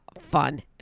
fun